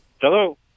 Hello